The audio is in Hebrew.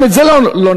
גם את זה לא נקבל.